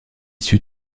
sud